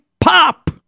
pop